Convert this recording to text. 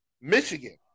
Michigan